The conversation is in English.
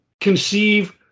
conceive